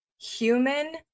human